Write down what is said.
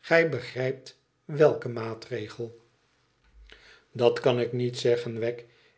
gij begrijpt welken maatregel dat kan ik niet zeggen wegg